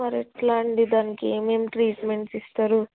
మరి ఎలా అండి దానికి ఏమేం ట్రీట్మెంట్స్ ఇస్తారు